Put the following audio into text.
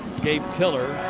gabe tiller